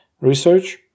research